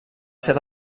ser